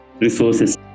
resources